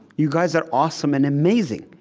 you guys are awesome and amazing.